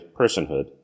personhood